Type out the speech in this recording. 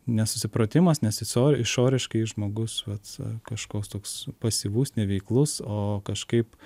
nesusipratimas nes išor išoriškai žmogus vat kažkoks toks pasyvus neveiklus o kažkaip